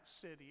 city